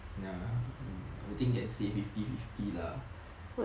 ya I think can say fifty fifty lah